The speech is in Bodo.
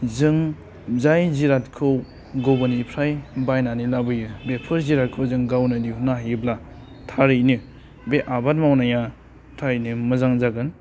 जों जाय जिरादखौ गुबुननिफ्राय बायनानै लाबोयो बेफोर जिरादखौ जों गावनो दिहुननो हायोब्ला थारैनो बे आबाद मावनाया थारैनो मोजां जागोन